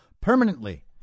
permanently